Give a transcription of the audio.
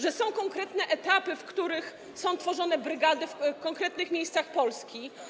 Że są konkretne etapy, w których są tworzone brygady w konkretnych miejscach Polski?